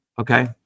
okay